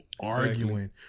arguing